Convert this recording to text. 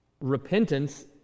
Repentance